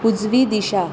उजवी दिशा